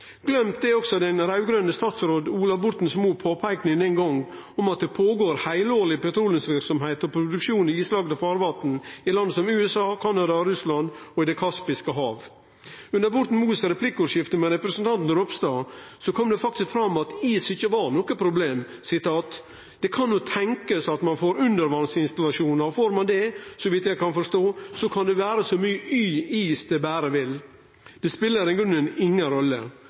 Gløymd er også den raud-grøne statsråd Ola Borten Moes påpeiking den gongen av at det pågår heilårig petroleumsverksemd og produksjon i islagde farvatn i land som USA, Canada og Russland og i Det kaspiske hav. Under Borten Moes replikkordskifte med representanten Ropstad kom det faktisk fram at is ikkje var noko problem: «Det kan jo også tenkes at man får undervannsinstallasjoner. Får man det siste, kan det – så vidt jeg kan forstå – være så mye is det bare vil. Det spiller i grunnen ingen rolle.»